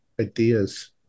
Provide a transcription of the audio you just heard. ideas